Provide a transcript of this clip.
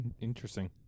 Interesting